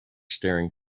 staring